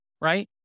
right